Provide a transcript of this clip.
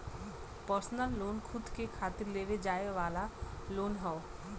personal loan खुद के खातिर लेवे जाये वाला लोन हौ